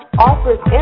offers